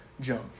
junk